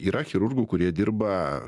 yra chirurgų kurie dirba